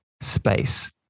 space